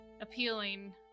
appealing